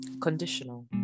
conditional